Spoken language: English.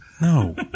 no